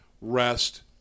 rest –